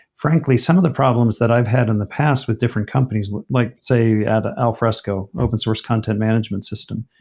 frankly, some of the problems that i've had in the past with different companies like, say, at alfresco, open source content management system.